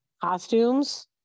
costumes